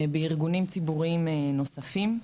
בארגונים ציבוריים נוספים.